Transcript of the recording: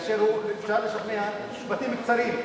קל לשכנע במשפטים קצרים.